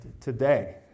today